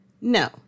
No